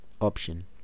option